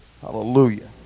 hallelujah